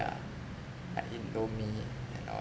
like indomie and all